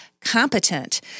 competent